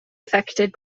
affected